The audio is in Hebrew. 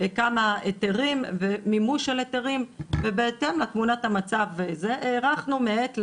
כמה היתרים ומימוש על היתרים ובהתאם לתמונת המצב הזו הארכנו מעת לעת,